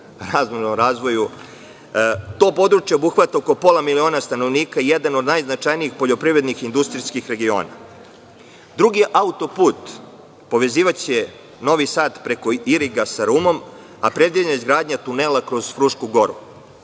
regionalnom razvoju. To područje obuhvata pola miliona stanovnika i jedan je od najznačajnijih poljoprivrednih industrijskih regiona. Drugi autoput povezivaće Novi Sad preko Iriga sa Rumom, a predviđena je izgradnja tunela kroz Frušku goru.